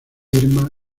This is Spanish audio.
irma